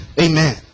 Amen